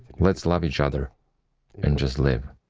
let's love each other and just live.